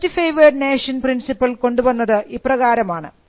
most favoured nation principle കൊണ്ടുവന്നത് ഇപ്രകാരമാണ്